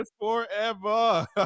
forever